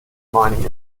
mining